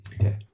Okay